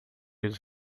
eles